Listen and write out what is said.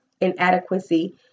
inadequacy